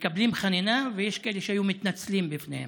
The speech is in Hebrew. מקבלים חנינה, ויש כאלה שהיו מתנצלים בפניהם.